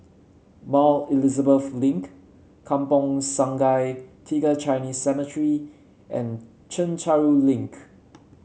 Mount Elizabeth Link Kampong Sungai Tiga Chinese Cemetery and Chencharu Link